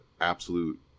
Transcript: absolute